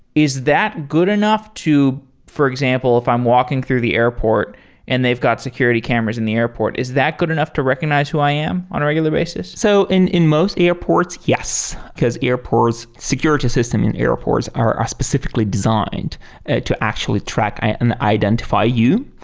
is that good enough to for example, if i'm walking through the airport and they've got security cameras in the airport. is that good enough to recognize who i am on a regular basis? so in in most airports, yes, because airports security system in airports are ah specifically designed to actually track and identify you.